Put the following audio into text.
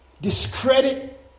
discredit